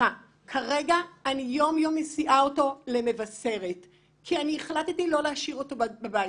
כרגע אני יום יום מסיעה אותו למבשרת כי אני החלטתי לא להשאיר אותו בבית.